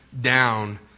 down